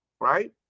right